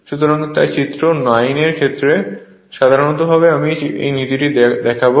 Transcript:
সুতরাং তাই চিত্র 9 এর ক্ষেত্রে সাধারণভাবে আমি এই নীতিটি দেখাব